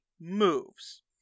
moves